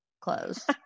clothes